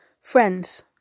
Friends